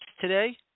today